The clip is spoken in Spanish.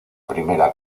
primera